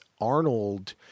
Arnold